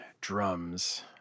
drums